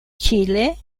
chile